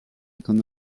con